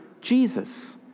Jesus